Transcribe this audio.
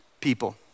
people